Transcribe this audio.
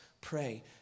pray